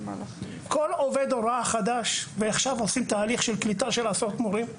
עכשיו עושים תהליך של קליטה של עשרות מורים.